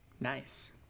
Nice